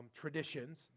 traditions